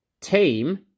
team